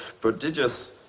prodigious